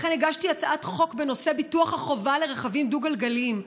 לכן הגשתי הצעת חוק בנושא ביטוח החובה לרכבים דו-גלגליים.